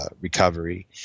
recovery